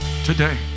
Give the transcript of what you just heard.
today